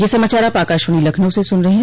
ब्रे क यह समाचार आप आकाशवाणी लखनऊ से सुन रहे हैं